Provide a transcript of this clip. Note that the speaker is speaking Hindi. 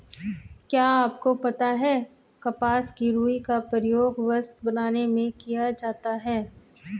क्या आपको पता है कपास की रूई का प्रयोग वस्त्र बनाने में किया जाता है?